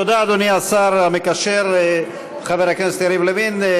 תודה, אדוני השר המקשר חבר הכנסת יריב לוין.